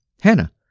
Hannah